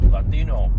Latino